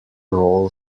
roll